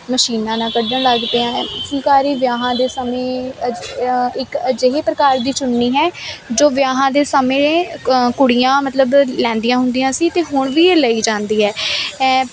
ਮਸ਼ੀਨਾਂ ਨਾ ਕੱਢਣ ਲੱਗ ਪਿਆ ਫੁਲਕਾਰੀ ਵਿਆਹਾਂ ਦੇ ਸਮੇਂ ਇੱਕ ਅਜਿਹੀ ਪ੍ਰਕਾਰ ਦੀ ਚੁੰਨੀ ਹੈ ਜੋ ਵਿਆਹਾਂ ਦੇ ਸਮੇਂ ਕੁੜੀਆਂ ਮਤਲਬ ਲੈਂਦੀਆਂ ਹੁੰਦੀਆਂ ਸੀ ਤੇ ਹੁਣ ਵੀ ਇਹ ਲਈ ਜਾਂਦੀ ਹੈ